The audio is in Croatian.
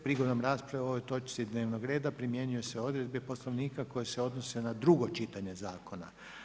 Prigodom rasprave o ovoj točci dnevnog reda primjenjuju se odredbe Poslovnika koje se odnose na drugo čitanje zakona.